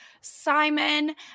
Simon